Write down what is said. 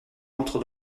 entre